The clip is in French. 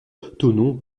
thonon